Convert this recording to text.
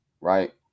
Right